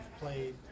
played